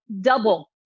double